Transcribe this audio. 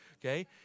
okay